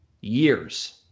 years